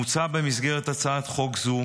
במסגרת הצעת חוק זו